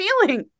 feeling